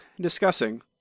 discussing